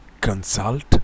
Consult